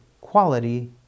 quality